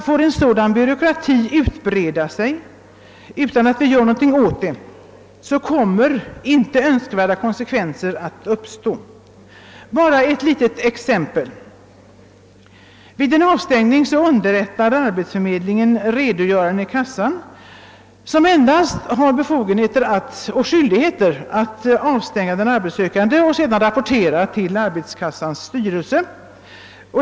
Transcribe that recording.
Får en sådan byråkrati utbreda sig utan att något görs åt det, så får detta icke önskvärda konsekvenser. Låt mig bara ta ett litet exempel! Vid en avstängning underrättar arbetsförmedlingen redogöraren som då endast har att avstänga den arbetssökande och rapportera till arbetslöshetskassans styrelse.